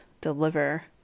deliver